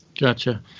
Gotcha